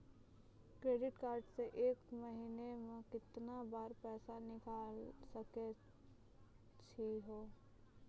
Debit card से एक महीना मा केतना बार पैसा निकल सकै छि हो?